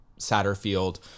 Satterfield